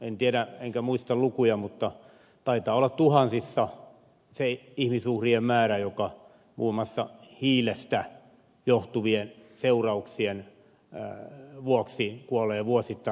en tiedä enkä muista lukuja mutta taitaa olla tuhansissa se ihmisuhrien määrä joka muun muassa hiilestä johtuvien seurauksien vuoksi kuolee vuosittain